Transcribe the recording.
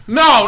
no